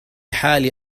حال